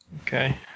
Okay